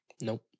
Nope